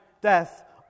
death